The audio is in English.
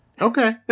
Okay